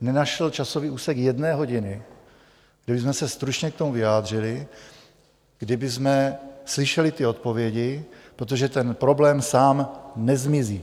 nenašel časový úsek jedné hodiny, kdy bychom se stručně k tomu vyjádřili, kdy bychom slyšeli odpovědi, protože ten problém sám nezmizí.